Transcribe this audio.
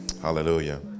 Hallelujah